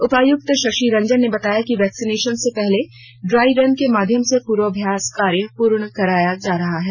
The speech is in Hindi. उपायुक्त शशि रंजन ने बताया कि वैक्सीनेशन के पहले ड्राई रन के माध्यम से पूर्वाभ्यास कार्य पूर्ण कराया जा रहा है